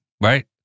right